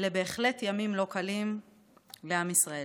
אלה בהחלט ימים לא קלים לעם ישראל.